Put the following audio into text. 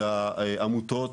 זה העמותות,